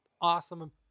awesome